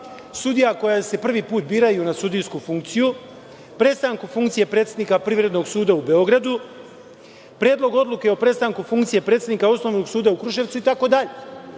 sudija koji se prvi put biraju na sudijsku funkciju, prestanku funkcije predsednika Privrednog suda u Beogradu, Predlogu odluke o prestanku funkcije predsednika Osnovnog suda u Kruševcu